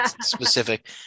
specific